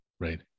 Right